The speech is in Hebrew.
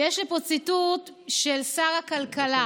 ויש לי פה ציטוט של שר הכלכלה: